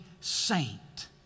saint